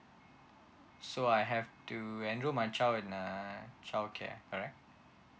so I have to enroll my child in a childcare alright